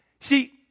See